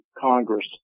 Congress